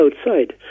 outside